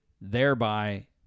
thereby